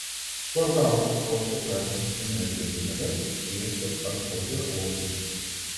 svarbiausia košę gardinti ne grietinėle sviestu ar saldžia uogiene